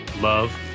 love